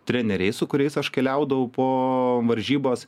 treneriai su kuriais aš keliaudavau po varžybas